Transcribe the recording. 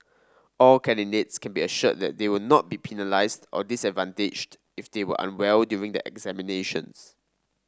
all candidates can be assured that they will not be penalised or disadvantaged if they were unwell during the examinations